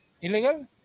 Illegal